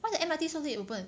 why the M_R_T so late open